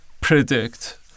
predict